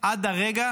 עד הרגע